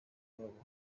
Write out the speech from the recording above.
babo